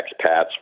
expats